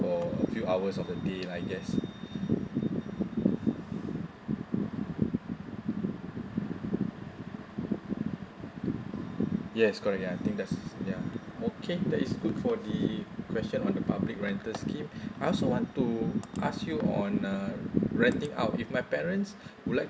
for a few hours of the day lah I guess yes correct ya I think that's yeah okay that is good for the question on the public rental scheme I also want to ask you on uh renting out if my parents would like